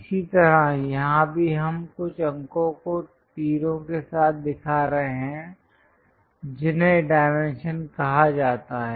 इसी तरह यहां भी हम कुछ अंकों को तीरों के साथ दिखा रहे हैं जिन्हें डायमेंशन कहा जाता है